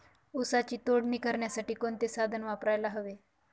ऊसाची तोडणी करण्यासाठी कोणते साधन वापरायला हवे?